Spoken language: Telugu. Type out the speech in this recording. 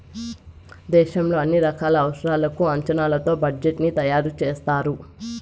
దేశంలో అన్ని రకాల అవసరాలకు అంచనాతో బడ్జెట్ ని తయారు చేస్తారు